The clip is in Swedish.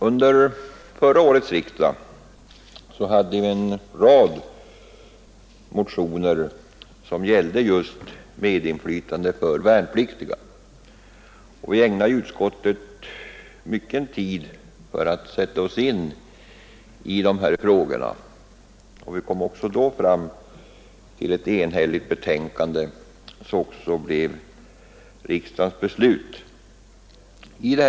Under förra årets riksdag hade vi till behandling en rad motioner som gällde just medinflytande för värnpliktiga. Vi ägnade i utskottet mycket tid till att sätta oss in i dessa frågor, och vi var även då eniga om vårt betänkande, som riksdagen också följde i sitt beslut.